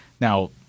Now